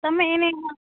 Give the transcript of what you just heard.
તમે એને ઉવા